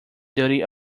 duty